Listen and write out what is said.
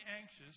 anxious